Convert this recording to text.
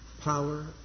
power